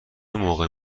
موقع